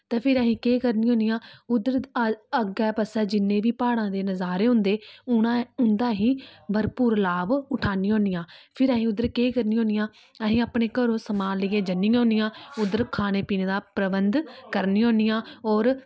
ते फिर असीं केह् करनी होन्नियां उद्धर आ अग्गै पास्सै जिन्ने बी प्हाड़ां दे नजारे होंदे उना उं'दा असी भरपूर लाभ उठानियां होन्नियां फिर असीं उद्धर केह् करनी होन्नियां अहीं अपने घरों समान लेइयै जन्नी होन्नियां उद्धर खाने पीने दा प्रबंध करनी होन्नियां होर